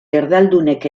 erdaldunek